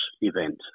event